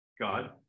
God